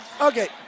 Okay